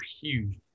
huge